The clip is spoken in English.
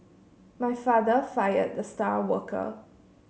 my father fired the star worker